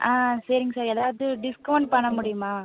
ஆ சரிங்க சார் எதாவது டிஸ்கவுன்ட் பண்ண முடியுமா